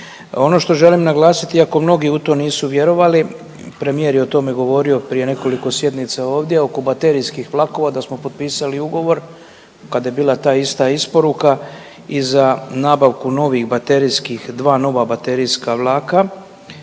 Ono što želim naglasiti iako mnogi u to nisu vjerovali, premijer je o tome govorio prije nekoliko sjednica ovdje oko baterijskih vlakova da smo potpisali ugovor kada je bila ta ista isporuka i za nabavku novih baterijskih, dva nova baterijska vlaka